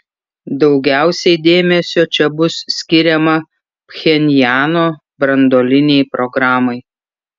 daugiausiai dėmesio čia bus skiriama pchenjano branduolinei programai